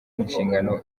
inshingano